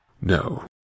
No